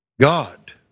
God